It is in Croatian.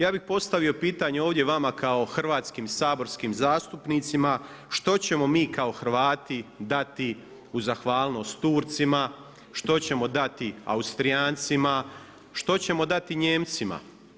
Ja bih postavio pitanje ovdje vama kao hrvatskim saborskim zastupnicima što ćemo mi kao Hrvati dati u zahvalnost Turcima, što ćemo dati Austrijancima, što ćemo dati Nijemcima?